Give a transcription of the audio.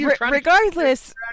regardless